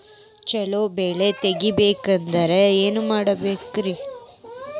ಛಲೋ ಬೆಳಿ ತೆಗೇಬೇಕ ಅಂದ್ರ ಏನು ಮಾಡ್ಬೇಕ್?